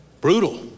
Brutal